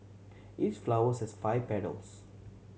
each flowers has five petals